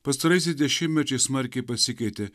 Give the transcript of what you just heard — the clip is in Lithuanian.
pastaraisiais dešimtmečiais smarkiai pasikeitė